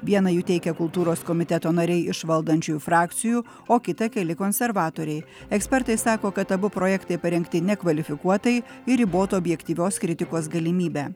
vieną jų teikia kultūros komiteto nariai iš valdančiųjų frakcijų o kitą keli konservatoriai ekspertai sako kad abu projektai parengti nekvalifikuotai ir ribotų objektyvios kritikos galimybę